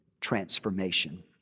transformation